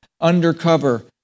undercover